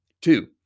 Two